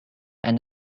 and